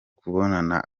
kubabona